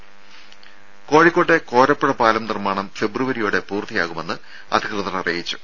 ദേദ കോഴിക്കോട്ടെ കോരപ്പുഴ പാലം നിർമ്മാണം ഫെബ്രുവരിയോടെ പൂർത്തിയാകുമെന്ന് അധികൃതർ അറിയിച്ചു